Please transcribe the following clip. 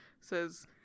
says